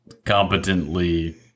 Competently